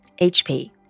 HP